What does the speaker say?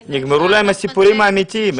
זה --- נגמרו להם הסיפורים האמיתיים.